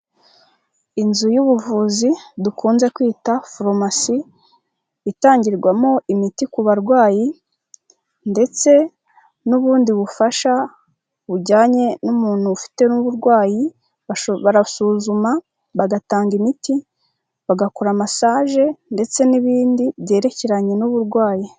Inzu y'ubuvuzi dukunze kwita farumasi, itangirwamo imiti ku barwayi ndetse n'ubundi bufasha bujyanye n'umuntu ufite n'uburwayi, barasuzuma bagatanga imiti, bagakora massaje, ndetse n'ibindi byerekeranye n'uburwayi.